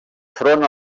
front